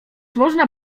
można